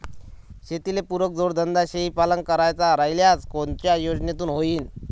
शेतीले पुरक जोडधंदा शेळीपालन करायचा राह्यल्यास कोनच्या योजनेतून होईन?